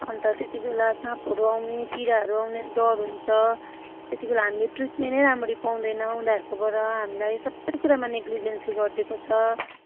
अन्त त्यति बेला साँपहरू आउने किराहरू आउने डर हुन्छ त्यति बेला हामीले ट्रिटमेनै राम्ररी पाउँदैन उनीहरूकोबाट हामीलाई सबै कुरामा नेग्लिजेन्सी गरिदिएको छ